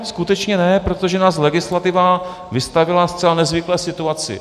Skutečně ne, protože nás legislativa vystavila zcela nezvyklé situaci.